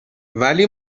ولی